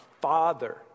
father